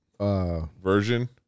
version